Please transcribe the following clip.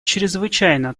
чрезвычайно